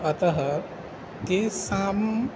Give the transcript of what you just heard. अतः तेषां